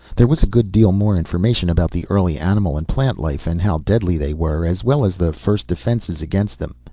there was a good deal more information about the early animal and plant life and how deadly they were, as well as the first defenses against them.